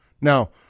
Now